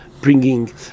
bringing